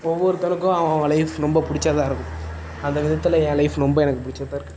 ஒவ்வொருத்தனுக்கும் அவன் அவன் லைஃப் ரொம்ப பிடிச்சிதா இருக்கும் அந்த விதத்தில் என் லைஃப் ரொம்ப எனக்கு பிடிச்சதா இருக்குது